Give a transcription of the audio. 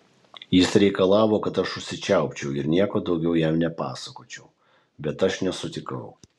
jis reikalavo kad aš užsičiaupčiau ir nieko daugiau jam nepasakočiau bet aš nesutikau